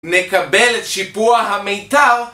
נקבלת שיפוע המיתר